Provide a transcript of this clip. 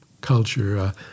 culture